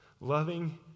loving